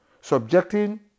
subjecting